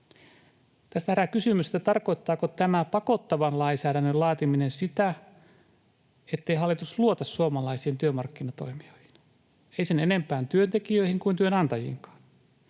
Tästä herää kysymys, tarkoittaako tämä pakottavan lainsäädännön laatiminen sitä, ettei hallitus luota suomalaisiin työmarkkinatoimijoihin, ei sen enempään työntekijöihin kuin työnantajiinkaan.